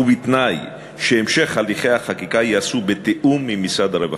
ובתנאי שהמשך הליכי החקיקה ייעשה בתיאום עם משרד הרווחה.